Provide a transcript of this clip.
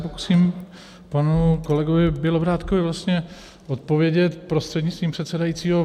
Pokusím se panu kolegovi Bělobrádkovi vlastně odpovědět prostřednictvím pana předsedajícího.